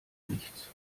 nichts